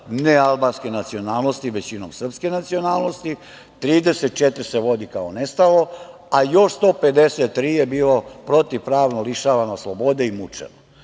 nealbanske nacionalnosti, većinom srpske nacionalnosti, 34 se vodi kao nestalo, a još 153 je bilo protivpravno lišavano slobode i mučeno.